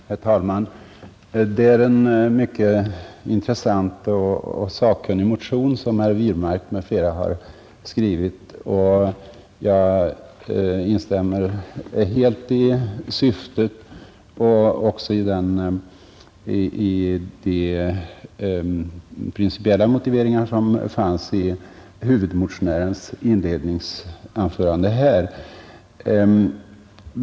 Herr talman! Det är en mycket intressant och sakkunnig motion som herr Wirmark m.fl. skrivit. Jag instämmer helt i motionens syfte och även i de principiella motiveringar som fanns i huvudmotionärens inledningsanförande här.